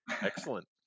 Excellent